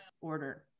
order